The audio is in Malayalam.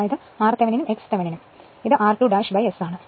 ഇത് r Thevenin ഉം x Thevenin ഉം ആണ് ഇത് r2 S ആണ്